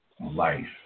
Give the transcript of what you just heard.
life